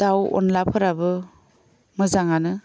दाउ अनलाफोराबो मोजाङानो